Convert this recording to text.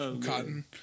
cotton